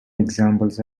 examples